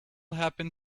happen